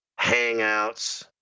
hangouts